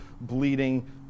bleeding